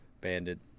banded